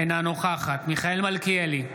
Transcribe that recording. אינה נוכחת מיכאל מלכיאלי,